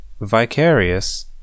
Vicarious